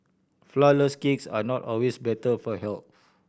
flourless cakes are not always better for health